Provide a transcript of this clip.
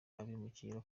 abimukira